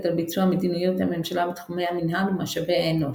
על ביצוע מדיניות הממשלה בתחומי המינהל ומשאבי האנוש.